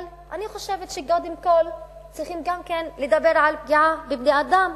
אבל אני חושבת שקודם כול צריכים לדבר על פגיעה בבני-אדם,